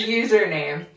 username